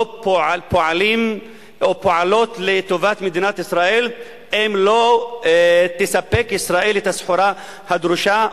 לא פועלות לטובת מדינת ישראל אם לא תספק ישראל את הסחורה הדרושה.